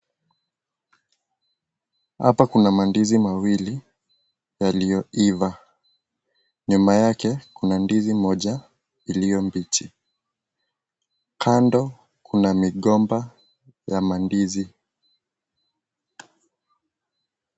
Hapa kuna mandizi mawili yaliyoiva nyuma yake kuna ndizi mmoja iliyo mbichi ,kando kuna migomba ya mandizi.